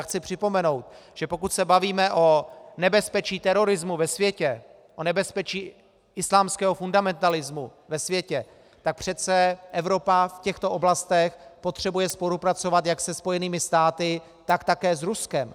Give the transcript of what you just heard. Chci připomenout, že pokud se bavíme o nebezpečí terorismu ve světě, o nebezpečí islámského fundamentalismu ve světě, tak přece Evropa v těchto oblastech potřebuje spolupracovat jak se Spojenými státy, tak také s Ruskem.